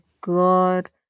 god